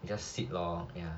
we just sit lor ya